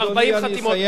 40 חתימות,